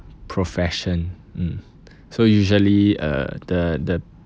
profession mm so usually uh the the